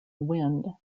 wind